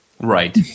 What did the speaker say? Right